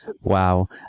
Wow